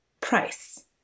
price